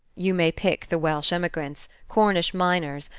you may pick the welsh emigrants, cornish miners,